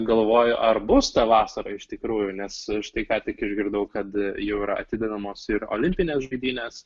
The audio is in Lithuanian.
galvoju ar bus ta vasara iš tikrųjų nes štai ką tik išgirdau kad jau yra atidedamos ir olimpinės žaidynės